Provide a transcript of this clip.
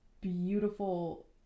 beautiful